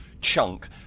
chunk